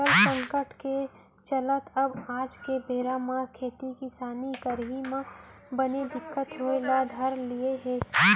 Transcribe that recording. जल संकट के चलत अब आज के बेरा म खेती किसानी करई म बने दिक्कत होय ल धर लिये हे